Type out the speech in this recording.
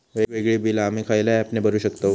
वेगवेगळी बिला आम्ही खयल्या ऍपने भरू शकताव?